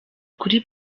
kuri